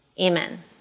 amen